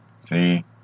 See